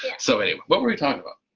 so anyway what were we talking about?